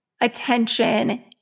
attention